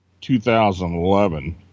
2011